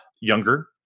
younger